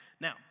Now